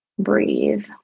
breathe